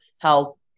help